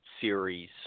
series